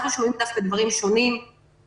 אנחנו שומעים דברים שונים - אסירים